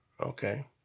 okay